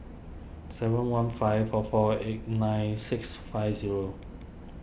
seven one five four four eight nine six five zero